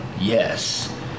Yes